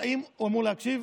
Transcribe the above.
היושב-ראש, האם הוא אמור להקשיב?